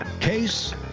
Case